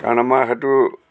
কাৰণ আমাৰ সেইটো